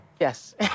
Yes